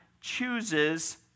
chooses